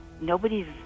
nobody's